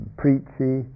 preachy